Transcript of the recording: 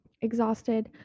exhausted